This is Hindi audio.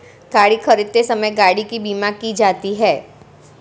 गाड़ी खरीदते समय गाड़ी की बीमा की जाती है